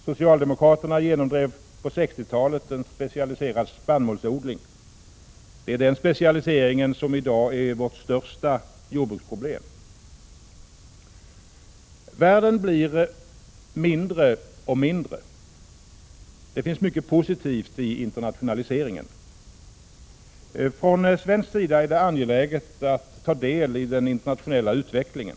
Socialdemokraterna genomdrev på 1960-talet specialiserad spannmålsodling. Det är den specialiseringen som i dag är vårt största jordbruksproblem. Världen blir mindre och mindre. Det finns mycket positivt i internationaliseringen. Världshandeln ökar mer än den genomsnittliga bruttonationalprodukten. Från svensk sida är det angeläget att ta del i den internationella utvecklingen.